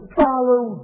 follow